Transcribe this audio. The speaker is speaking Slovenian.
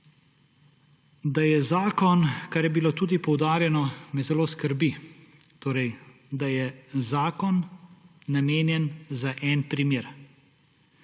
Da je zakon, kar je bilo tudi poudarjeno in kar me zelo skrbi, torej, da je zakon namenjen za en primer.